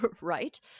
right